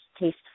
taste